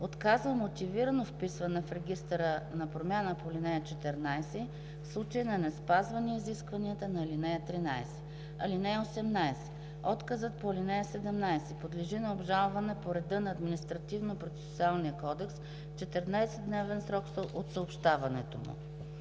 отказва мотивирано вписване в регистъра на промяна по ал. 14 – в случай на неспазване изискванията на ал. 13. (18) Отказът по ал. 17 подлежи на обжалване по реда на Административнопроцесуалния кодекс в 14-дневен срок от съобщаването му.